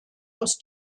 aus